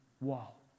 wall